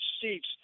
seats